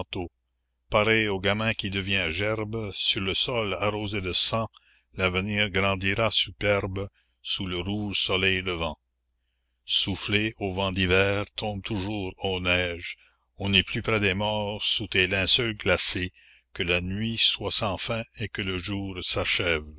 pareil au grain qui devient gerbe sur le sol arrosé de sang l'avenir grandira superbe sous le rouge soleil levant soufflez ô vents d'hiver tombe toujours ô neige on est plus près des morts sous tes linceuls glacés que la nuit soit sans fin et que le jour s'achève